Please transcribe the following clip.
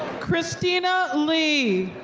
christina lee.